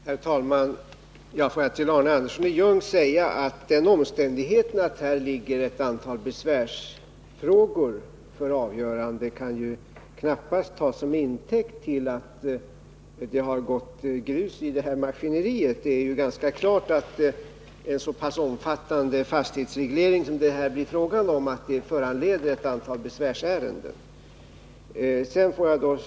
Herr talman! Får jag till Arne Andersson i Ljung säga att den omständigheten att det ligger ett antal besvärsärenden för avgörande i departementet knappast kan tas som intäkt för att det har gått grus i maskineriet. Det är klart att en så pass omfattande fastighetsreglering som det här är fråga om föranleder ett antal besvärsärenden.